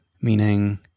Meaning